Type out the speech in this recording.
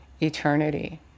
eternity